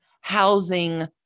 housing